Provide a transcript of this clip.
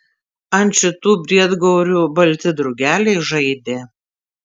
ant šitų briedgaurių balti drugeliai žaidė